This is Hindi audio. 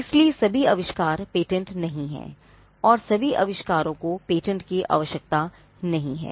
इसलिए सभी आविष्कार पेटेंट नहीं हैं और सभी आविष्कारों को पेटेंट की आवश्यकता नहीं है